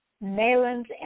Malin's